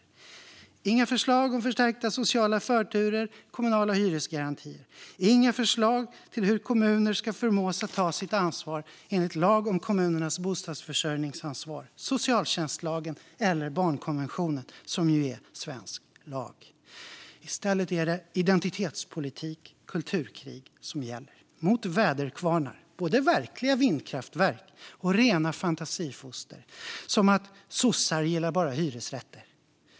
Det kommer inga förslag om förstärkta sociala förturer eller om kommunala hyresgarantier, inga förslag till hur kommuner ska förmås att ta sitt ansvar enligt lagen om kommunernas bostadsförsörjningsansvar, socialtjänstlagen eller barnkonventionen, som ju är svensk lag. I stället är det identitetspolitik och kulturkrig som gäller - mot väderkvarnar, både verkliga vindkraftverk och rena fantasifoster som att "sossar gillar bara hyresrätter".